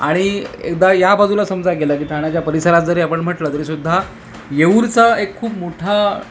आणि एकदा या बाजूला समजा गेलं की ठाण्याच्या परिसरात जरी आपण म्हटलं तरीसुद्धा येऊरचा एक खूप मोठा